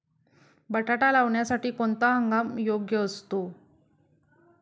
बटाटा लावण्यासाठी कोणता हंगाम योग्य असतो?